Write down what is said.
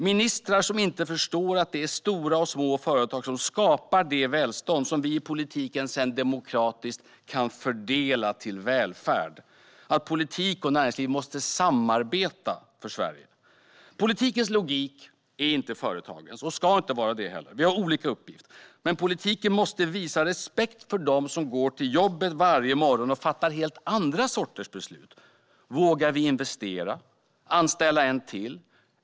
Regeringens ministrar förstår inte att det är stora och små företag som skapar det välstånd som vi inom politiken sedan demokratiskt kan fördela till välfärd. De förstår inte att politik och näringsliv måste samarbeta. Politikens logik är inte företagens, och ska inte heller vara det. Vi har olika uppgifter. Men politiken måste visa respekt för dem som går till jobbet varje morgon och fattar helt andra sorters beslut. Vågar vi investera? Vågar vi anställa en till?